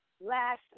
last